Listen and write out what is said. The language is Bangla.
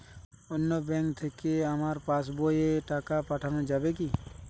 অন্য ব্যাঙ্ক থেকে আমার পাশবইয়ে টাকা পাঠানো যাবে কি?